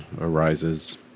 arises